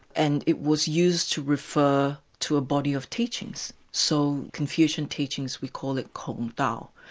and it was used to refer to a body of teachings. so confucian teachings, we call it kong tao,